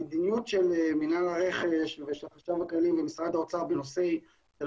המדיניות של מינהל הרכש ושל החשב הכללי במשרד האוצר בנושאי